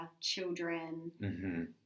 children